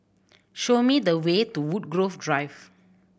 show me the way to Woodgrove Drive